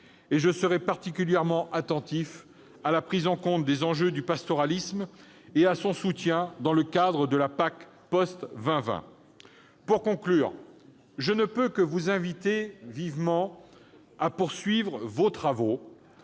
Je serai particulièrement attentif à la prise en compte des enjeux du pastoralisme et à son soutien dans le cadre de la PAC d'après 2020. Pour conclure, je ne peux que vous inviter vivement à poursuivre vos travaux